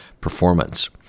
performance